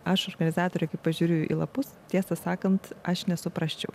aš organizatorė kai pažiūriu į lapus tiesą sakant aš nesuprasčiau